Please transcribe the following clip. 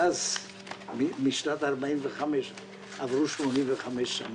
מאז עברו 85 שנים,